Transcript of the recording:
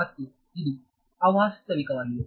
ಮತ್ತು ಇದು ಅವಾಸ್ತವಿಕವಾಗಿದೆ